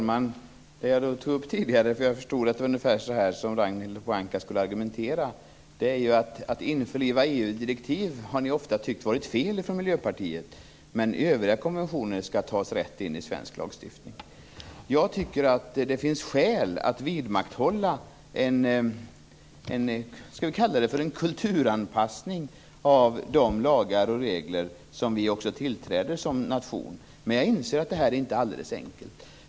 Fru talman! Jag förstod att det var ungefär så här Ragnhild Pohanka skulle argumentera. Därför tog jag tidigare upp att ni i Miljöpartiet ofta har tyckt att det har varit fel att införliva EG-direktiv. Men övriga konventioner skall man direkt ta in i svensk lagstiftning. Jag tycker att det finns skäl att vidmakthålla en vad vi kan kalla kulturanpassning av de lagar och regler som vi också tillträder som nation. Men jag inser att det här inte är alldeles enkelt.